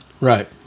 Right